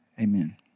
Amen